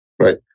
Right